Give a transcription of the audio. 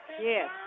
Yes